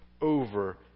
over